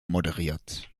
moderiert